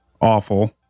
awful